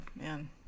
Man